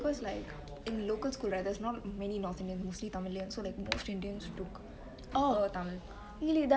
okay cause like in local school right there's not many north indians mostly tamilians so most indians took tamil